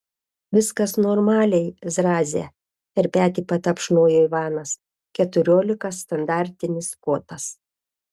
viskas normaliai zraze per petį patapšnojo ivanas keturiolika standartinis kotas